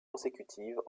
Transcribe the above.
consécutives